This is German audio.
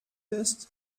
ist